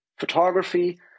Photography